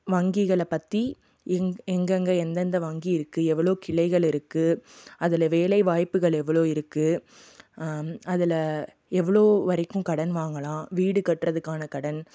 வங்கிகளை பற்றி எங் எங்கெங்க எந்தெந்த வங்கி இருக்குது எவ்வளோ கிளைகள் இருக்குது அதில் வேலை வாய்ப்புகள் எவ்வளோ இருக்குது அதில் எவ்வளோ வரைக்கும் கடன் வாங்கலாம் வீடு கட்டுவதுக்கான கடன்